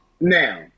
Now